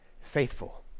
faithful